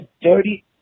dirty